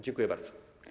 Dziękuję bardzo.